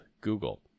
Google